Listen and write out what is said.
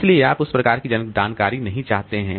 इसलिए आप उस प्रकार की जानकारी नहीं चाहते हैं